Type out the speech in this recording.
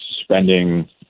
spending